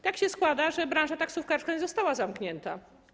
Tak się składa, że branża taksówkarska nie została zamknięta.